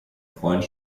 freund